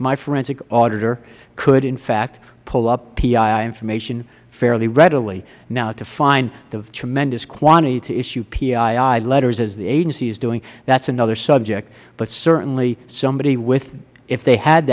my forensic auditor could in fact pull up pii information fairly readily now to find the tremendous quantity to issue pii letters as the agency is doing that is another subject but certainly somebody with if they had